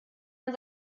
man